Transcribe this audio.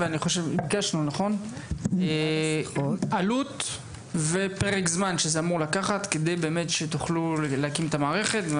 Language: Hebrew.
ביקשנו עלות ופרק זמן שזה אמור לקחת כדי שתוכלו להקים את המערכת.